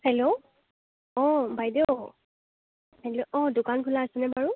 hello অ বাইদেউ hello অ দোকান খোলা আছেনে বাৰু